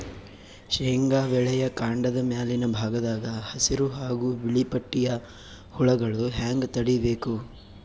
ಶೇಂಗಾ ಬೆಳೆಯ ಕಾಂಡದ ಮ್ಯಾಲಿನ ಭಾಗದಾಗ ಹಸಿರು ಹಾಗೂ ಬಿಳಿಪಟ್ಟಿಯ ಹುಳುಗಳು ಹ್ಯಾಂಗ್ ತಡೀಬೇಕು?